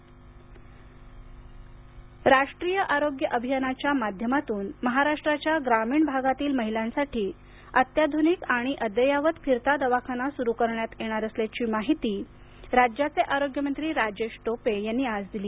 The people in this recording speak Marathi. टोपे राष्ट्रीय आरोग्य अभियानाच्या माध्यमातून महाराष्ट्राच्या ग्रामीण भागातील महिलांसाठी अत्याधुनिक आणि अद्ययावत फिरता दवाखाना सुरू करण्यात येणार असल्याची माहिती राज्याचे आरोग्यमंत्री राजेश टोपे यांनी आज दिली